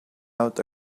out